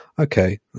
okay